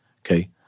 okay